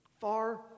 far